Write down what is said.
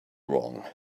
wrong